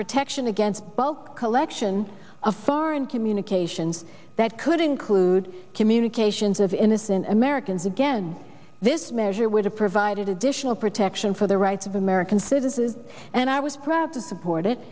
protection against bulk collection of foreign communications that could include communications of innocent americans again this measure would have provided additional protection for the rights of american citizens and i was proud to support it